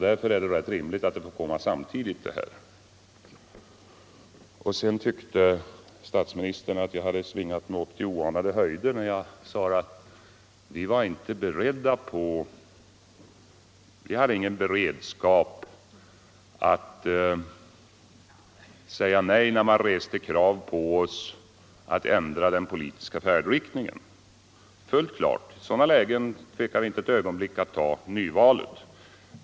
Därför är det rimligt att de båda sakerna får komma samtidigt. Statsministern tyckte att jag hade svingat mig upp till oanade höjder när jag svarade att vi inte hade någon beredskap för att säga nej då han reste krav på oss om att ändra den politiska färdriktningen. Det är fullt klart. I sådana lägen tvekar vi inte ett ögonblick att ta ett nyval.